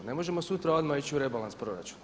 Ne možemo sutra odmah ići u rebalans proračuna?